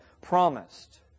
promised